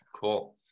Cool